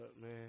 man